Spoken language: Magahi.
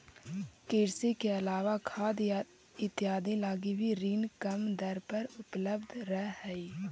कृषि के अलावा खाद इत्यादि लगी भी ऋण कम दर पर उपलब्ध रहऽ हइ